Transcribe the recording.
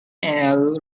and